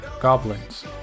goblins